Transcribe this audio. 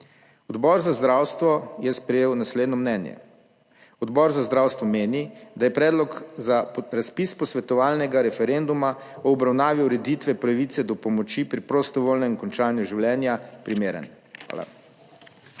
Odbor za zdravstvo je sprejel naslednje mnenje: Odbor za zdravstvo meni, da je Predlog za razpis posvetovalnega referenduma o obravnavi ureditve pravice do pomoči pri prostovoljnem končanju življenja primeren. Hvala.